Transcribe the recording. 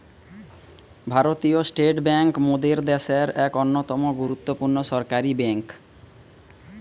ভারতীয় state bank মোদের দ্যাশের এক অন্যতম গুরুত্বপূর্ণ সরকারি বেঙ্ক